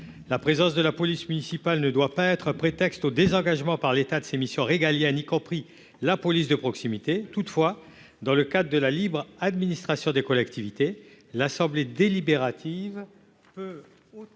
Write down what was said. La présence de la police municipale ne doit pas être prétexte pour l'État à se désengager de ses missions régaliennes, y compris la police de proximité. Toutefois, dans le cadre de la libre administration des collectivités territoriales, l'assemblée délibérante peut autoriser